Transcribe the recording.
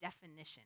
definition